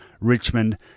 Richmond